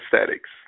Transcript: aesthetics